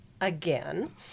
again